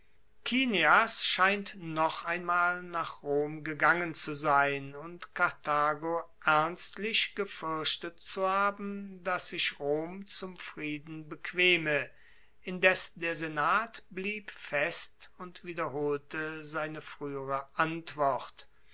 kineas scheint noch einmal nach rom gegangen zu sein und karthago ernstlich gefuerchtet zu haben dass sich rom zum frieden bequeme indes der senat blieb fest und wiederholte seine fruehere antwort